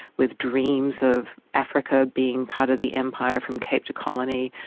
with dreams of africa being part of the empire from cape to colony.